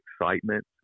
excitement